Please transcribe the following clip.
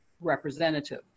representative